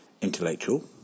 intellectual